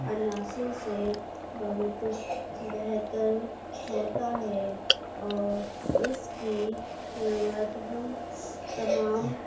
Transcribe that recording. عناصر سے بہت بہتر ہوتا ہے اور اس کی ضرورت ہم تمام